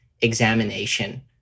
examination